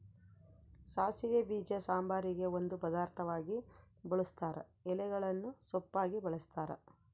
ಸಾಸಿವೆ ಬೀಜ ಸಾಂಬಾರಿಗೆ ಒಂದು ಪದಾರ್ಥವಾಗಿ ಬಳುಸ್ತಾರ ಎಲೆಗಳನ್ನು ಸೊಪ್ಪಾಗಿ ಬಳಸ್ತಾರ